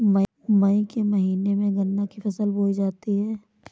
मई के महीने में गन्ना की फसल बोई जाती है